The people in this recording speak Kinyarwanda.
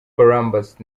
columbus